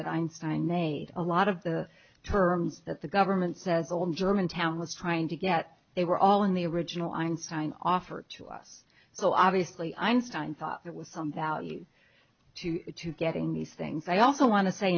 that einstein made a lot of the terms that the government said the old german town was trying to get they were all in the original einstein offered to us so obviously einstein thought it was some value to it to getting these things i also want to say